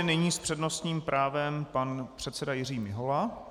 Nyní s přednostním právem pan předseda Jiří Mihola.